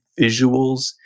visuals